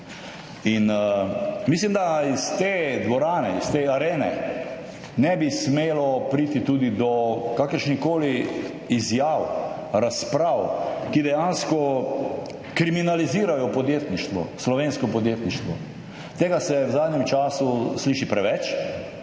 In mislim, da iz te dvorane, iz te arene, ne bi smelo priti tudi do kakršnihkoli izjav, razprav, ki dejansko kriminalizirajo podjetništvo, slovensko podjetništvo. Tega se v zadnjem času sliši preveč.